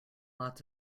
lots